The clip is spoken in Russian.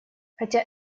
хотя